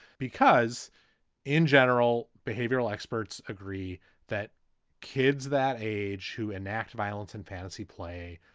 because in general, behavioral experts agree that kids that age who enact violence and fantasy play,